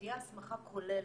שתהיה הסמכה כוללת,